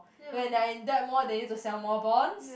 when they are in debt more they need to sell more bonds